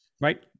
Right